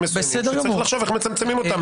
מסוימים שצריך לחשוב איך מצמצמים אותם.